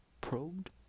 probed